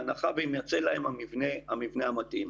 בהנחה שיימצא להם המבנה המתאים.